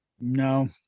No